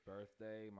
Birthday